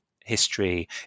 history